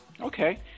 Okay